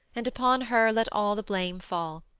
and upon her let all the blame fall.